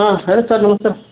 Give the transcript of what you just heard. ಹಾಂ ಹೇಳಿ ಸರ್ ನಮಸ್ತೆ